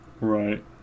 right